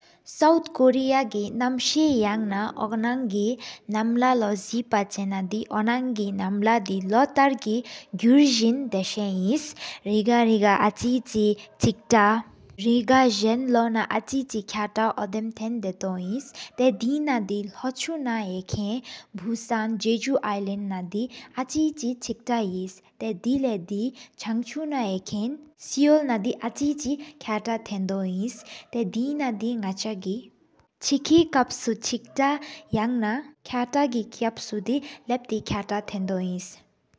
སོའུཐ་ཀོ་རེ་ཡ་གི་ནམ་སེ་ཡ་ནའོ་ན་གི་ནམ་ལ་ལོ། ཟི་པ་ཆེ་ན་དི་ཨོ་ན་གི་ནམ་ལ་དི་ལོ་ཐར་གི། གུར་ཟེན་དེ་ས་ཨིན་རེ་ག་རེ་ག་ཨ་ཅིག་ཆི། རེ་ག་ཟེན་ལོ་ན་ཨ་ཅིག་ཆི་ཁ་ཡ། ཨོ་དེམ་ཐེན་ད་ཏོ་ཨིནས། ཐེ་སྡེ་ན་དེ་ལོ་ཆུག་ན་ཡེ་ཁེན། བུ་སཱན་ཇེ་ཇུ་ཨའིས་ལེན་ན་དེ་ན་དི། ཨ་ཅིག་ཆེ་ཅིག་ལྟ་ཧེ། ཐེ་སྡེ་ལ་དི་ཆང་ཆུ་ན་ཡེ་ཁེན་དི། སུའོད་ན་དི་ཨ་ཅིག་ཅིག་ཁ་ཏ་ཐེན་དོ་ཨིན། ཐེ་སྡེ་ན་དི་ན་གྱ་གི་ཆེ་དཀར་སོ། ཆེ་ཀྱ་ཡང་ན་ཁ་ཏ་གི་དཀར་སོ་ལབ་ཏེ། ཁ་ཏ་ཐེན་དོ་ཨིནས།